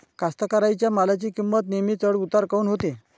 कास्तकाराइच्या मालाची किंमत नेहमी चढ उतार काऊन होते?